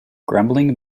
grumbling